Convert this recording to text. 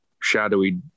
shadowy